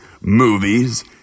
movies